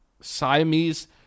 Siamese